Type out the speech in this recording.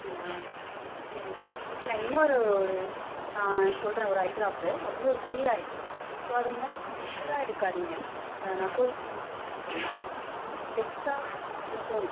அப்படியா சரி ஓகே நான் இன்னொரு ஒரு சொல்கிறேன் ஒரு ஐ ட்ராப்பு அது வந்து ஒரு ஸ்டீராய்டு ஸோ அதை நீங்கள் வந்து இதை மாதிரி ரெகுலராக எடுக்காதீங்க நான் சொல்கிற எடுத்துக்கோங்க டெக்ஸாமெதஸோன்